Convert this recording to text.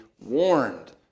warned